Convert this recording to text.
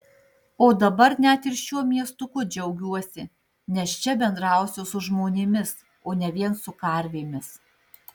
o dabar net ir šiuo miestuku džiaugiuosi nes čia bendrausiu su žmonėmis o ne vien su karvėmis